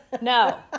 No